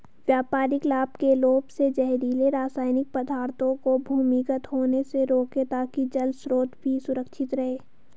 व्यापारिक लाभ के लोभ से जहरीले रासायनिक पदार्थों को भूमिगत होने से रोकें ताकि जल स्रोत भी सुरक्षित रहे